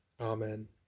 Amen